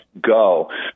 go